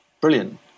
brilliant